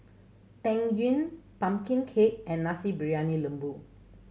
Tang Yuen pumpkin cake and Nasi Briyani Lembu